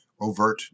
overt